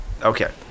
Okay